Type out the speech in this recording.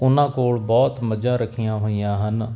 ਉਨਾਂ ਕੋਲ ਬਹੁਤ ਮੱਝਾਂ ਰੱਖੀਆਂ ਹੋਈਆਂ ਹਨ